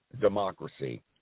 democracy